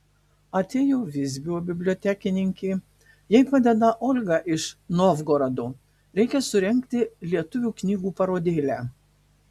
atėjo visbio bibliotekininkė jai padeda olga iš novgorodo reikia surengti lietuvių knygų parodėlę